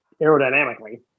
aerodynamically